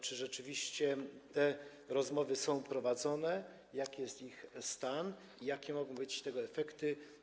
Czy rzeczywiście te rozmowy są prowadzone, jaki jest ich stan i jakie mogą być tego efekty,